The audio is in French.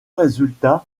résultats